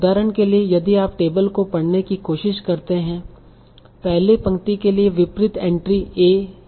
उदाहरण के लिए यदि आप टेबल को पढ़ने की कोशिश करते हैं पहली पंक्ति के लिए विपरित एंट्री a e है